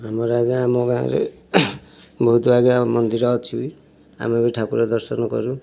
ଆମର ଆଜ୍ଞା ଆମ ଗାଁରେ ବହୁତ ଆଜ୍ଞା ମନ୍ଦିର ଅଛି ଆମେବି ଠାକୁର ଦର୍ଶନ କରୁ